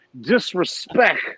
disrespect